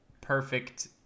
perfect